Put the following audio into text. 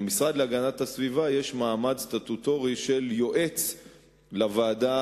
למשרד להגנת הסביבה יש מעמד סטטוטורי של יועץ סביבתי לוועדה